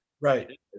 right